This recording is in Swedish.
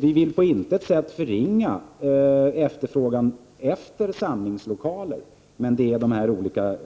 Vi vill på intet sätt förringa efterfrågan på samlingslokaler, men det är dessa